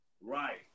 Right